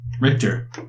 Richter